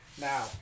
Now